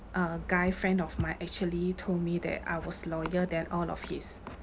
a guy friend of mine actually told me that I was loyal than all of his